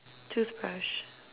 toothbrush